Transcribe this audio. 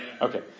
Okay